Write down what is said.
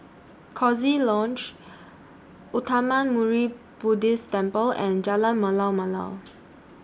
Coziee Lodge Uttamayanmuni Buddhist Temple and Jalan Malu Malu